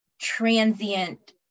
transient